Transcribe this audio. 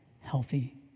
healthy